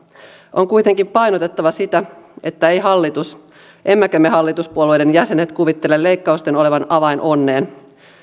on kuitenkin painotettava sitä että ei hallitus emmekä me hallituspuolueiden jäsenet kuvittele leikkausten olevan avain onneen